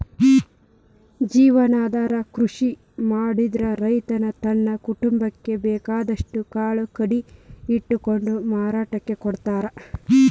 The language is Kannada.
ಜೇವನಾಧಾರ ಕೃಷಿ ಮಾಡಿದ್ರ ರೈತ ತನ್ನ ಕುಟುಂಬಕ್ಕ ಬೇಕಾದಷ್ಟ್ ಕಾಳು ಕಡಿ ಇಟ್ಕೊಂಡು ಮಾರಾಕ ಕೊಡ್ತಾರ